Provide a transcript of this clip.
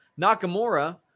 Nakamura